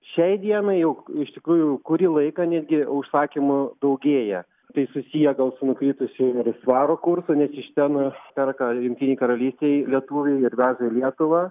šiai dienai jau iš tikrųjų kurį laiką netgi užsakymų daugėja tai susiję gal su nukritusiu ir svaro kursu nes iš čia ten perka jungtinėj karalystėj lietuviai ir veža į lietuvą